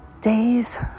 days